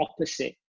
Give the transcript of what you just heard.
opposite